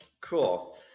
Cool